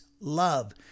love